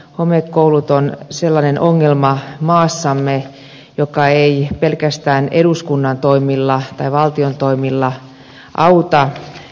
homekoulut ovat maassamme sellainen ongelma jota ei pelkästään eduskunnan toimilla tai valtion toimilla auteta